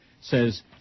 says